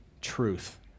truth